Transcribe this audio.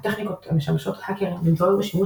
הטכניקות המשמשות האקרים נמצאות בשימוש